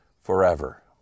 forever